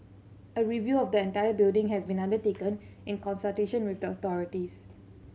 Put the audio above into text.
a review of the entire building has been undertaken in consultation with the authorities